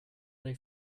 they